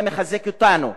זה מחזק אותנו.